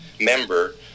member